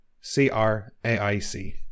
C-R-A-I-C